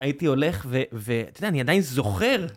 הייתי הולך ו... ו... אתה יודע, אני עדיין זוכר!